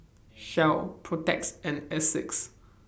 Shell Protex and Asics